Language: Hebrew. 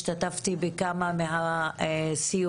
השתתפתי בכמה מהסיורים,